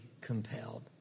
compelled